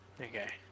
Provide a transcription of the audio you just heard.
Okay